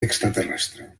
extraterrestre